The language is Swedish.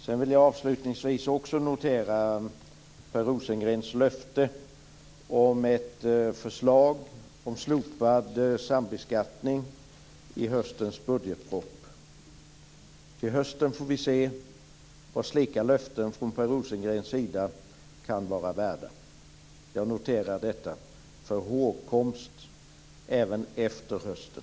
Sedan vill jag avslutningsvis också notera Per Rosengrens löfte om ett förslag om slopad sambeskattning i höstens budgetproposition. Till hösten får vi se vad slika löften från Per Rosengren kan vara värda. Jag noterar detta för hågkomst även efter hösten.